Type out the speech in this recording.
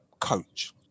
coach